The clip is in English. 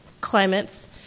climates